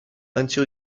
until